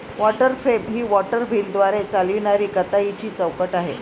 water frame ही water व्हीलद्वारे चालविणारी कताईची चौकट आहे